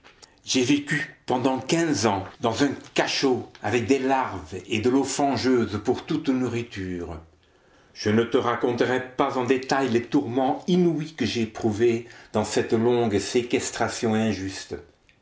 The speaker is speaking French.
j'ai vécu pendant quinze ans dans un cachot avec des larves et de l'eau fangeuse pour toute nourriture je ne te raconterai pas en détail les tourments inouïs que j'ai prouvés dans cette longue séquestration injuste